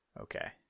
Okay